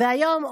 והיום,